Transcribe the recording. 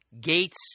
gates